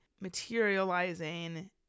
materializing